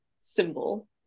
symbol